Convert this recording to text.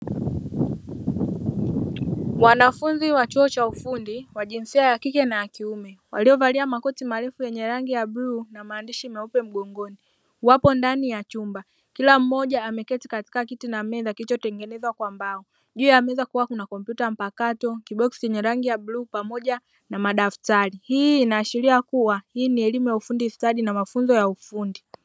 Wanafunzi wa chuo cha ufundi wa jinsia ya kike na kiume waliovalia makoti marefu yenye rangi ya bluu na maandishi meupe mgongoni. Wapo ndani ya chumba, kila mmoja ameketi katika kiti na meza kilichotengeneza kwa mbao. Juu ya meza kuna kompyuta mpakato kiboksi chenye rangi ya bluu pamoja na madaftari hii inaashiria kuwa hii ni elimu ya ufundi stadi na mafunzo ya ufundi.